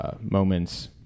moments